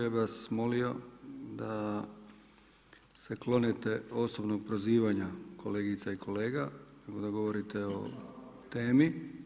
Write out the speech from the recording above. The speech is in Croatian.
Ja bi vas molio da se klonite osobnog prozivanja kolegica i kolega i da govorite o temi.